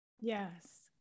Yes